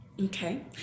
Okay